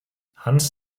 hans